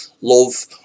love